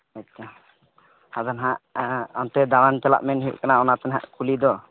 ᱟᱪᱪᱷᱟ ᱟᱫᱚᱱᱟᱜ ᱚᱱᱛᱮ ᱫᱟᱬᱟᱱ ᱪᱟᱞᱟᱜ ᱢᱮᱱ ᱦᱩᱭᱩᱜ ᱠᱟᱱᱟ ᱚᱱᱟ ᱛᱮᱱᱟᱦᱟᱜ ᱠᱩᱞᱤ ᱫᱚ